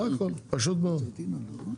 זה הכל, פשוט מאוד.